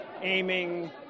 aiming